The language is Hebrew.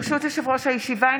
ברשות יושב-ראש הישיבה,